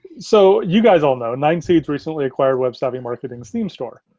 so you guys all know, nine seeds recently acquired web savvy marketing's themes store,